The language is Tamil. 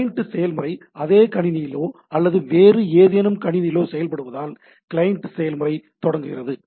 கிளையன்ட் செயல்முறை அதே கணினியிலோ அல்லது வேறு ஏதேனும் கணினியிலோ தேவைப்படுவதால் கிளையன்ட் செயல்முறை தொடங்குகிறத